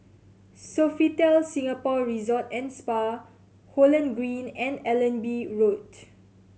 Sofitel Singapore Resort and Spa Holland Green and Allenby Road